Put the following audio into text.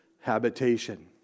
habitation